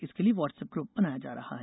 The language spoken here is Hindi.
इसके लिए वाट्सअप ग्रुप बनाया जा रहा है